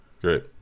Great